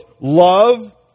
love